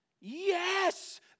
yes